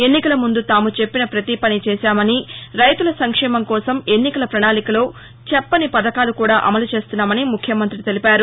ఎన్నికల ముందు తాము చెప్పిన ప్రతి పనీ చేశామని రైతుల సంక్షేమం కోసం ఎన్నికల పణాళికలో చెప్పని పథకాలు కూడా అమలు చేస్తున్నామని ముఖ్యమంతి తెలిపారు